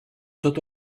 tot